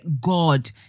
god